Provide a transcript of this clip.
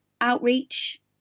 Outreach